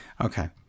Okay